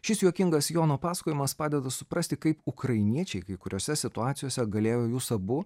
šis juokingas jono pasakojimas padeda suprasti kaip ukrainiečiai kai kuriose situacijose galėjo jus abu